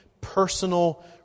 personal